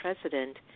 president